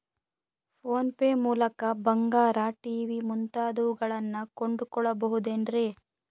Phone pay ಮೂಲಕ ಬಂಗಾರ, TV ಮುಂತಾದವುಗಳನ್ನ ಕೊಂಡು ಕೊಳ್ಳಬಹುದೇನ್ರಿ?